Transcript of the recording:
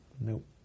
Nope